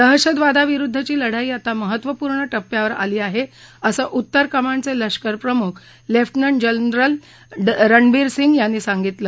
दहशतवादा विरुद्धची लढाई आता महत्वपूर्ण टप्प्यावर आली आहे असं उत्तर कमांडचे लष्कर प्रमुख लेफ्टनर जनरल रणबीर सिंग यांनी सांगितलं